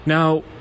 Now